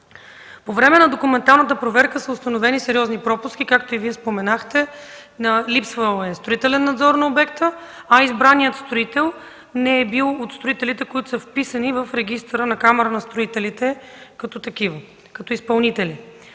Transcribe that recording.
По време на документалната проверка са установени сериозни пропуски, както и Вие споменахте. Липсвал е строителен надзор на обекта, а избраният строител не е бил от строителите, които са вписани в регистъра на Камарата на строителите като изпълнители.